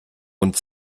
und